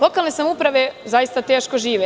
Lokalne samouprave zaista teško žive.